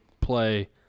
play